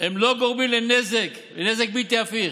לא גורמים לנזק בלתי הפיך.